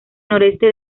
noreste